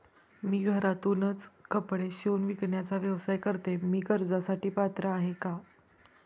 मी घरातूनच कपडे शिवून विकण्याचा व्यवसाय करते, मी कर्जासाठी पात्र आहे का?